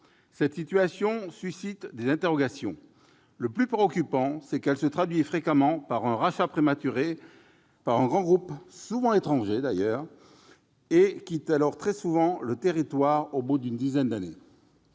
Cette situation suscite des interrogations. Le plus préoccupant, c'est qu'elle se traduit fréquemment par un rachat prématuré par un grand groupe, souvent étranger d'ailleurs. Elle quitte alors très souvent le territoire au bout d'une dizaine d'années.